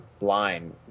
line